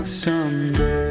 someday